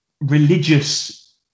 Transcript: religious